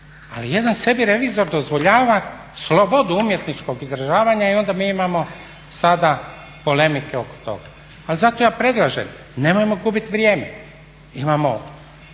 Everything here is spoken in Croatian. ali jedan sebi revizor dozvoljava slobodu umjetničkog izražavanja i onda mi imamo sada polemike oko toga. Ali zato ja predlažem nemojmo gubiti vrijeme. Imamo